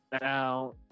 now